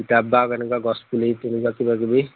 কিতাপ বা এনেকুৱা গছ পুলি তেনেকুৱা কিবা কিবি